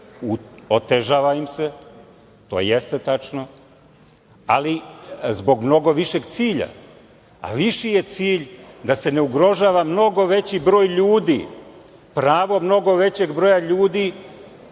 Otežava im se. To jeste tačno, ali zbog mnogo više cilja. A, viši je cilj da se ne ugrožava mnogo veći broj ljudi, pravo mnogo većeg broja ljudi